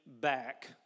back